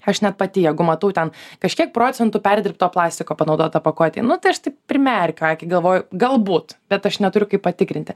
aš net pati jeigu matau ten kažkiek procentų perdirbto plastiko panaudota pakuotei nu tai aš taip primerkiu akį galvoju galbūt bet aš neturiu kaip patikrinti